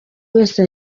wese